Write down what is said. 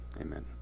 amen